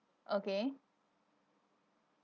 okay